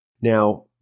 Now